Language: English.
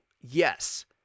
yes